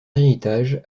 héritage